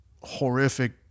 horrific